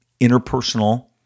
interpersonal